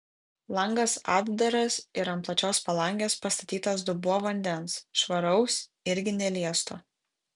langas atdaras ir ant plačios palangės pastatytas dubuo vandens švaraus irgi neliesto